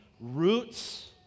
roots